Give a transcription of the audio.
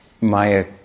maya